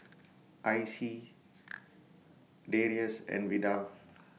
Icey Darius and Vidal